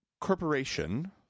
corporation